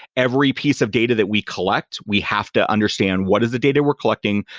every piece of data that we collect we have to understand what is the data we're collecting.